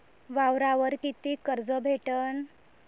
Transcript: वावरावर कितीक कर्ज भेटन?